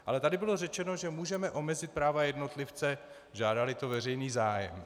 Ale tady bylo řečeno, že můžeme omezit práva jednotlivce, žádáli to veřejný zájem.